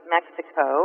Mexico